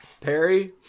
Perry